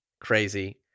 crazy